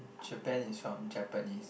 Japan is from Japanese